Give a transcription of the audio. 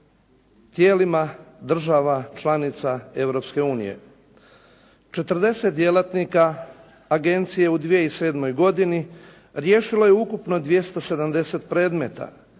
tijelima država članica Europske unije. 40 djelatnika agencije u 2007. godini riješilo je ukupno 270 predmeta.